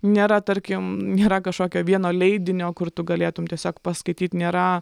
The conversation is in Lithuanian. nėra tarkim nėra kažkokio vieno leidinio kur tu galėtumei tiesiog paskaityti nėra